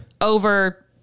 Over